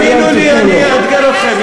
תאמינו לי שאני אאתגר אתכם.